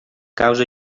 causa